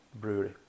brewery